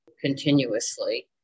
continuously